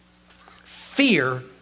Fear